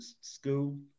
school